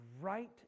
right